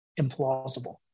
implausible